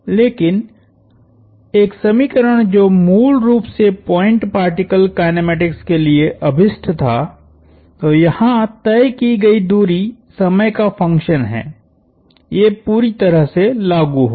लेकिन एक समीकरण जो मूल रूप से पॉइंट पार्टिकल काईनेमेटीक्स के लिए अभीष्ट थातो यहाँ तय की गयी दूरी समय का फंक्शन है ये पूरी तरह से लागू होगा